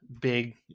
big